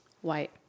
White